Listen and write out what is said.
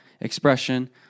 expression